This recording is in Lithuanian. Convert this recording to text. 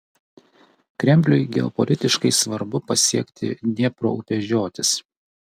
kremliui geopolitiškai svarbu pasiekti dniepro upės žiotis